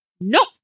Nope